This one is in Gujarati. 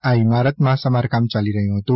આ ઇમારતમાં સમારકામ યાલી રહ્યું હતું